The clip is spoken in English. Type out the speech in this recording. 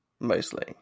Mostly